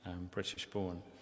British-born